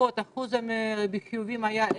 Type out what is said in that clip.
אחוז החיוביים היה 10%,